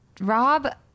Rob